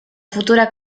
futura